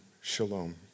shalom